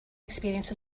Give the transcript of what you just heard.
experience